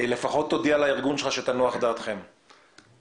אתה יכול להודיע לארגון שלך שדעתכם יכולה לנוח.